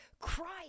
Christ